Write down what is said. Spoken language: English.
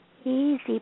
easy